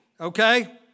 Okay